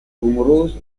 rumorosi